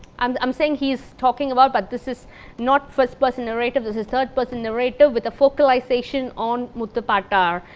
um um saying he is talking about, but this is not first person narrative, this is third person narrative with a focalization on muthu pattar.